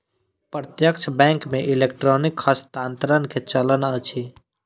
प्रत्यक्ष बैंक मे इलेक्ट्रॉनिक हस्तांतरण के चलन अछि